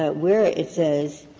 ah where it says,